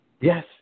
Yes